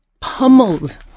pummeled